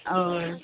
हय